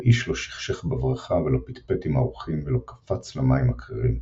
ואיש לא שכשך בברכה ולא פטפט עם האורחים ולא קפץ למים הקרירים.